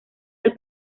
del